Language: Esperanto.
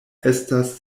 estas